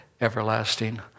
everlasting